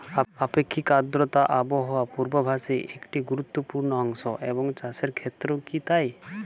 আপেক্ষিক আর্দ্রতা আবহাওয়া পূর্বভাসে একটি গুরুত্বপূর্ণ অংশ এবং চাষের ক্ষেত্রেও কি তাই?